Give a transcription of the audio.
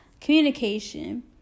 communication